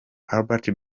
herbert